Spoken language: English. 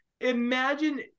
Imagine